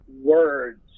words